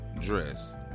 dress